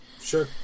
Sure